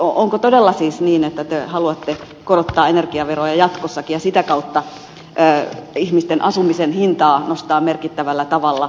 onko todella siis niin että te haluatte korottaa energiaveroja jatkossakin ja sitä kautta ihmisten asumisen hintaa nostaa merkittävällä tavalla